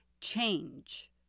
change